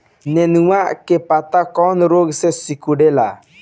नेनुआ के पत्ते कौने रोग से सिकुड़ता?